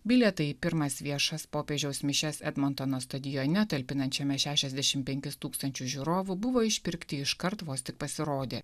bilietai į pirmas viešas popiežiaus mišias edmontono stadione talpinančiame šešiasdešim penkis tūkstančius žiūrovų buvo išpirkti iškart vos tik pasirodė